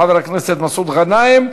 חבר הכנסת מסעוד גנאים,